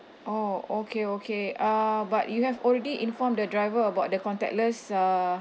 oh okay okay uh but you have already informed the driver about the contactless uh